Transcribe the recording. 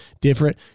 different